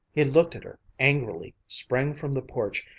he looked at her angrily, sprang from the porch,